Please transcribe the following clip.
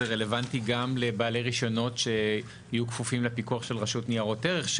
רלוונטי גם לבעלי רישיון שיהיו כפופים לפיקוח של רשות ניירות ערך,